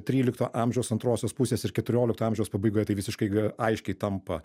trylikto amžiaus antrosios pusės ir keturiolikto amžiaus pabaigoje tai visiškai aiškiai tampa